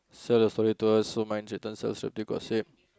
sell your story to us so mine written sell celebrity gossip